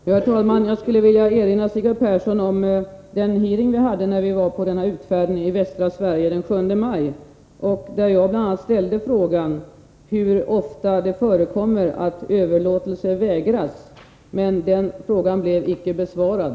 Herr talman! Jag skulle vilja erinra Sigvard Persson om den hearing som vi hade när vi var på resa i västra Sverige den 7 maj. Vid det tillfället frågade jag bl.a. hur ofta det förekommer att överlåtelse vägras. Den frågan blev icke besvarad.